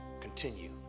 continue